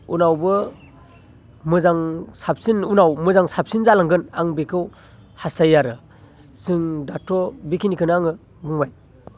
उनावबो मोजां साबसिन उनाव मोजां साबसिन जालांगोन आं बेखौ हास्थायो आरो जों दाथ' बेखिनिखौनो आङो बुंबाय